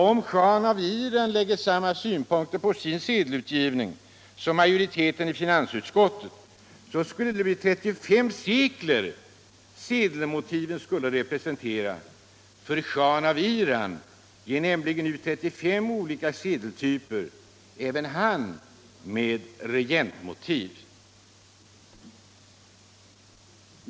Om shahen av Iran lägger samma synpunkter på sin sedelutgivning som majoriteten i finansutskottet, skulle sedelmotiven representera 35 sekler. Shahen av Iran ger nämligen ut 35 olika sedeltyper, även han med regentmotiv.